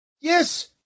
Yes